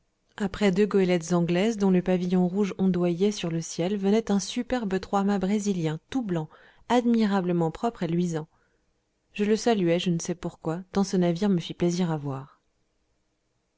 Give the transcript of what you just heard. après deux goëlettes anglaises dont le pavillon rouge ondoyait sur le ciel venait un superbe trois mats brésilien tout blanc admirablement propre et luisant je le saluai je ne sais pourquoi tant ce navire me fit plaisir à voir